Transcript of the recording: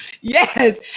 Yes